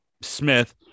Smith